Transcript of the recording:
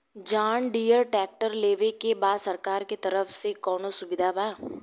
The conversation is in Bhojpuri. जॉन डियर ट्रैक्टर लेवे के बा सरकार के तरफ से कौनो सुविधा बा?